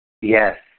Yes